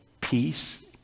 peace